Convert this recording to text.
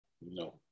No